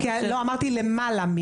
אחוז, אמרתי 'מעל'.